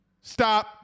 Stop